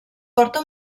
porta